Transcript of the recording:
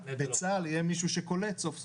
בצה"ל יהיה מישהו שקולט סוף סוף.